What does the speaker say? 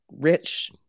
rich